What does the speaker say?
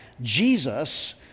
Jesus